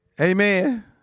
Amen